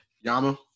Yama